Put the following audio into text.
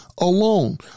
alone